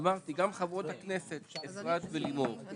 אפרת, את